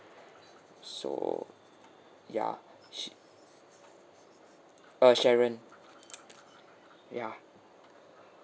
so yeah sh~ ah sharon yeah